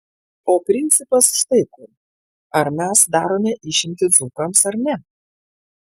o principas štai kur ar mes darome išimtį dzūkams ar ne